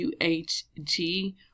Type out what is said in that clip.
uhg